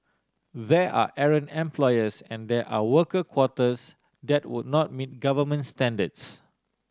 there are errant employers and there are worker quarters that would not meet government standards